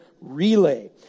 relay